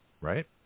right